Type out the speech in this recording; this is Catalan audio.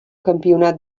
campionat